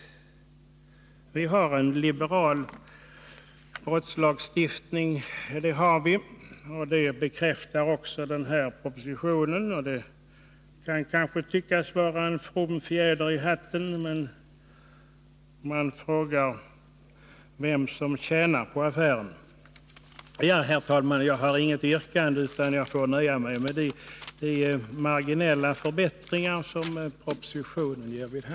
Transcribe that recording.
Vi har en liberal brottslagstiftning, och det bekräftar också den här propositionen. Det kan kanske tyckas vara en from fjäder i hatten, men man frågar sig vem som tjänar och förlorar på affären. Herr talman! Jag har inget yrkande, utan jag får nöja mig med de marginella förbättringar som propositionen föreslår.